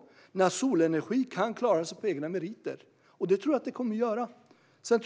Jag tror att solenergin kommer att kunna klara sig på egna meriter. Jag